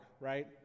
right